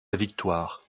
victoire